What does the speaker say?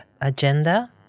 agenda